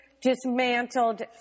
dismantled